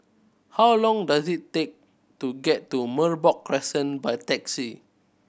how long does it take to get to Merbok Crescent by taxi